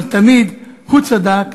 אבל תמיד הוא צדק,